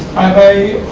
i buy